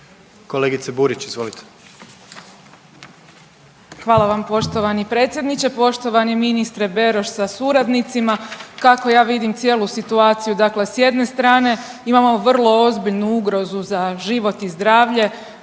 izvolite. **Burić, Majda (HDZ)** Hvala vam poštovani predsjedniče. Poštovani ministre Beroš sa suradnicima, kako ja vidim cijelu situaciju dakle s jedne strane imamo vrlo ozbiljnu ugrozu za život i zdravlje,